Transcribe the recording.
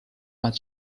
but